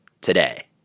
Today